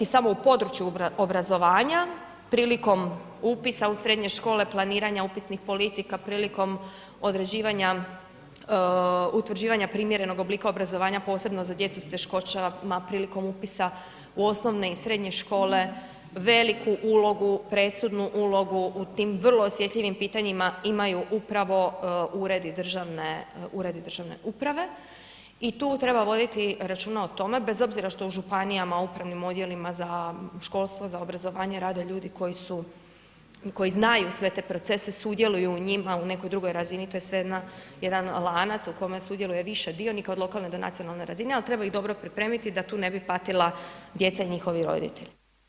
Samo u području obrazovanja prilikom upisa u srednje škole, planiranja upisnih politika, prilikom određivanja, utvrđivanja primjerenog oblika obrazovanja posebno za djecu s teškoćama prilikom upisa u osnovne i srednje škole, veliku ulogu, presudnu ulogu u tim vrlo osjetljivim pitanjima imaju upravo uredi državne, uredi državne uprave i tu treba voditi računa o tome bez obzira što u županijama, upravnim odjelima za školstvo, za obrazovanje rade ljudi koji znaju sve te procese sudjeluju u njima u nekoj razini, to je sve jedan lanac u kojem sudjeluje više dionika od lokalne do nacionalne razine, al treba ih dobro pripremiti da tu ne bi patila djeca i njihovi roditelji.